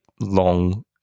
long